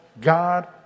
God